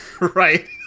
right